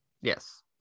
Yes